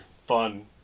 Fun